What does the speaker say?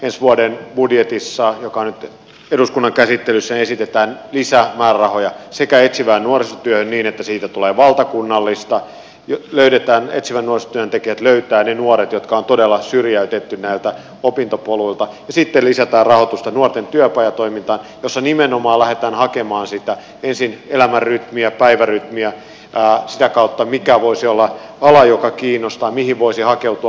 ensi vuoden budjetissa joka on nyt eduskunnan käsittelyssä sekä esitetään lisämäärärahoja etsivään nuorisotyöhön niin että siitä tulee valtakunnallista etsivän nuorisotyön työntekijät löytävät ne nuoret jotka on todella syrjäytetty näiltä opintopoluilta että sitten lisätään rahoitusta nuorten työpajatoimintaan jossa nimenomaan lähdetään hakemaan ensin sitä elämänrytmiä päivärytmiä sitä kautta mikä voisi olla ala joka kiinnostaa mihin voisi hakeutua opiskelemaan